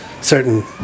certain